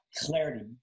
clarity